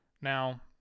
Now